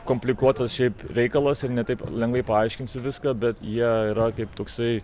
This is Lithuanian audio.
komplikuotas šiaip reikalas ir ne taip lengvai paaiškinsiu viską bet jie yra kaip toksai